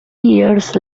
years